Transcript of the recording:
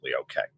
okay